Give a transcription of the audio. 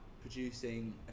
producing